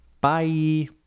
Bye